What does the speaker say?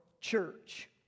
church